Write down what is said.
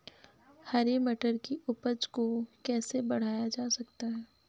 हरी मटर की उपज को कैसे बढ़ाया जा सकता है?